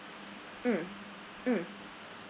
mm mm